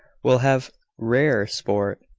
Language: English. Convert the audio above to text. we'll have rare sport,